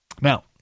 Now